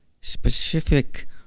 specific